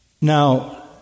Now